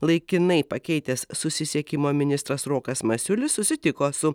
laikinai pakeitęs susisiekimo ministras rokas masiulis susitiko su